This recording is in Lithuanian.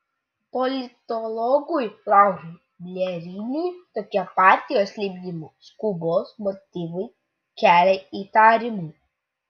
politologui laurui bieliniui tokie partijos lipdymo skubos motyvai kelia įtarimų